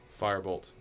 firebolt